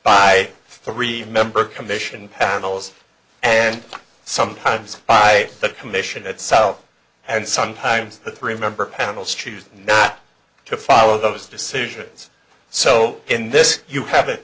by three member commission panels and sometimes by the commission itself and sometimes the three member panel choose not to follow those decisions so in this you have a